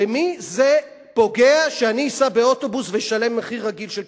במי זה פוגע שאני אסע באוטובוס ואשלם מחיר רגיל של כרטיס?